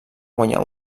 guanyar